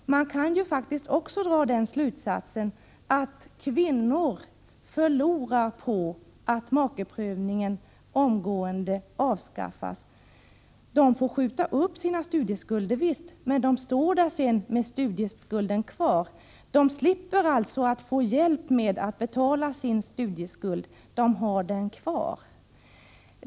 Man kan faktiskt också dra den slutsatsen att kvinnor förlorar på att makeprövningen omgående avskaffas. De får då skjuta upp sin studieskuld, visst — men sedan står de där med studieskulden kvar. De slipper alltså att få hjälp med att betala sin studieskuld.